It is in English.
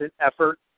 effort